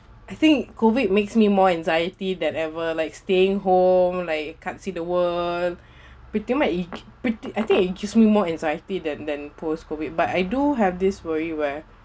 I think COVID makes me more anxiety than ever like staying home like you can't see the world pretty much it pretty I think it gives me more anxiety than than post-COVID but I do have this worry where